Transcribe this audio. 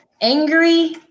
angry